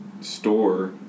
store